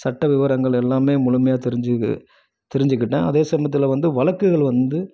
சட்ட விவரங்கள் எல்லாமே முழுமையாக தெரிஞ்சிகி தெரிஞ்சிக்கிட்டேன் அதே சமயத்தில் வந்து வழக்குகள் வந்து